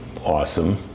awesome